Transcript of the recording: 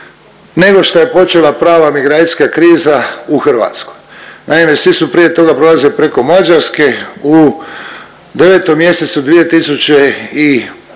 nego šta je počela prava migracijska kriza u Hrvatskoj. Naime, svi su prije toga prolazili preko Mađarske, u 9. mjesecu 2015.g.